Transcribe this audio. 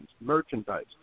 merchandise